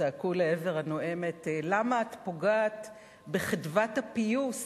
צעקו לעבר הנואמת: למה את פוגעת בחדוות הפיוס